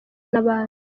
n’abandi